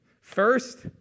First